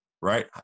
right